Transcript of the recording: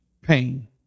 pain